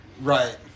Right